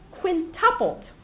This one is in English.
Quintupled